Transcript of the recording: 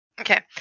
Okay